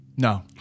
No